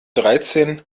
dreizehn